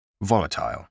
Volatile